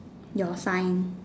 your sign